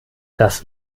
das